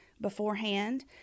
beforehand